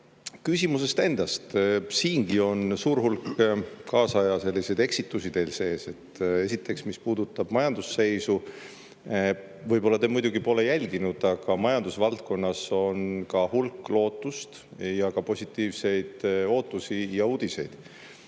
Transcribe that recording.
Küsimusest endast – siingi on suur hulk kaasaja selliseid eksitusi teil sees. Esiteks, mis puudutab majandusseisu. Võib-olla te muidugi pole jälginud, aga majandusvaldkonnas on ka hulk lootust ja ka positiivseid ootusi ja uudiseid.